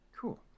Cool